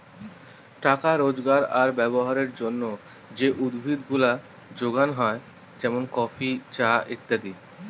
টাকা রোজগার আর ব্যবহারের জন্যে যে উদ্ভিদ গুলা যোগানো হয় যেমন কফি, চা ইত্যাদি